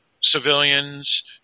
civilians